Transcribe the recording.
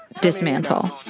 dismantle